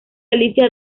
alicia